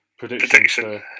prediction